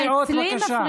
מה, אצלי מפריעים?